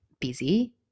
busy